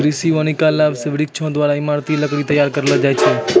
कृषि वानिकी लाभ से वृक्षो द्वारा ईमारती लकड़ी तैयार करलो जाय छै